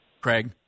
Craig